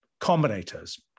combinators